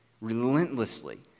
relentlessly